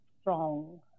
strong